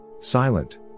Silent